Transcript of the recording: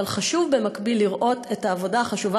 אבל חשוב במקביל לראות את העבודה החשובה